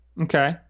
Okay